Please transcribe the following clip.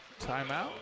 timeout